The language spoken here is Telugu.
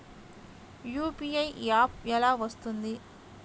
యూ.పీ.ఐ యాప్ ఎలా వస్తుంది?